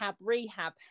rehab